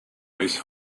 ice